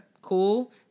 Cool